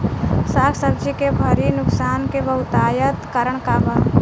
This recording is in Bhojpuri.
साग सब्जी के भारी नुकसान के बहुतायत कारण का बा?